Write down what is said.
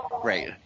great